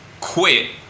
quit